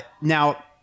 Now